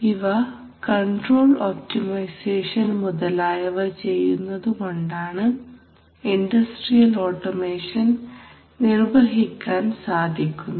ഇവ control optimisation മുതലായവ ചെയ്യുന്നതുകൊണ്ടാണ് ഇൻഡസ്ട്രിയൽ ഓട്ടോമേഷൻ നിർവഹിക്കാൻ സാധിക്കുന്നത്